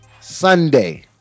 Sunday